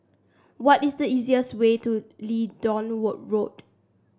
what is the easiest way to Leedon world Road